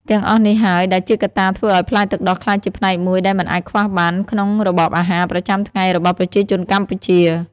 ទាំងអស់នេះហើយដែលជាកត្តាធ្វើឲ្យផ្លែទឹកដោះក្លាយជាផ្នែកមួយដែលមិនអាចខ្វះបានក្នុងរបបអាហារប្រចាំថ្ងៃរបស់ប្រជាជនកម្ពុជា។